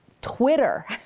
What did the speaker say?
Twitter